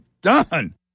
done